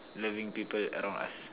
loving people around us